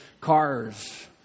Cars